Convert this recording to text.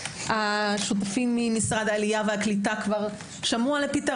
שותפים ממשרדי העלייה והקליטה כבר שמעו עליו,